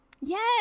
yes